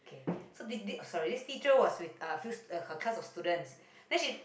okay so th~ this uh sorry this teacher was with a few uh a class of students then she